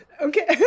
Okay